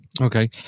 Okay